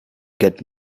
got